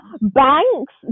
banks